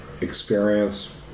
experience